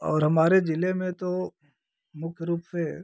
और हमारे जिले में तो मुख्य रूप से